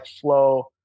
flow